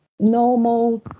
normal